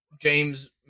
James